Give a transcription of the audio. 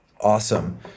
Awesome